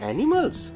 Animals